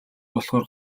болохоор